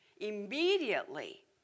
Immediately